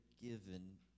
given